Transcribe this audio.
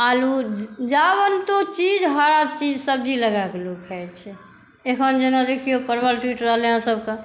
आलू जाबंतु हरा चीज़ लगाके लोक खाइ छै अखन जेना देखिओ परवल टूटि रहलैया सभके